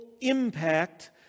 impact